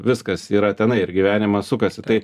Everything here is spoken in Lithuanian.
viskas yra tenai ir gyvenimas sukasi tai